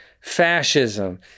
fascism